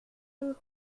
une